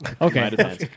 okay